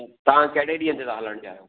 त तव्हां कहिड़े ॾींहं ते था हलण चाहियो